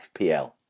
FPL